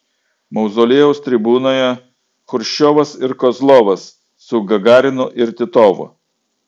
mauzoliejaus tribūnoje chruščiovas ir kozlovas su gagarinu ir titovu